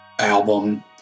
album